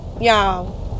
y'all